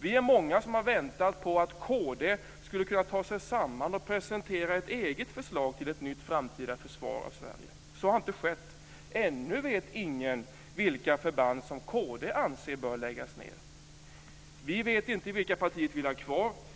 Vi är många som har väntat på att kristdemokraterna skulle kunna ta sig samman och presentera ett eget förslag till ett nytt framtida försvar av Sverige. Så har inte skett. Ännu vet ingen vilka förband som kristdemokraterna anser bör läggas ned. Vi vet inte vilka förband som partiet vill ha kvar.